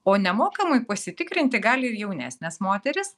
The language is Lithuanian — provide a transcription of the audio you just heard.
o nemokamai pasitikrinti gali ir jaunesnės moterys